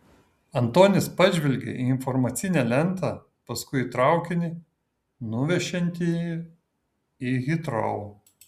antonis pažvelgė į informacinę lentą paskui į traukinį nuvešiantį jį į hitrou